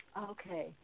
Okay